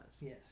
Yes